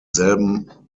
selben